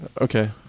Okay